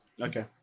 Okay